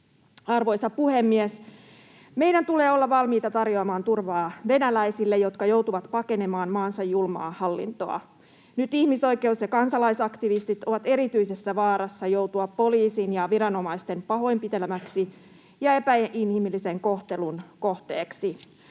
Arvoisa puhemies! Meidän tulee olla valmiita tarjoamaan turvaa venäläisille, jotka joutuvat pakenemaan maansa julmaa hallintoa. Nyt ihmisoikeus‑ ja kansalaisaktivistit ovat erityisessä vaarassa joutua poliisin ja viranomaisten pahoinpitelemäksi ja epäinhimillisen kohtelun kohteeksi.